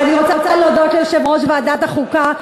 ואני רוצה להודות ליושב-ראש ועדת החוקה,